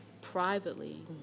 privately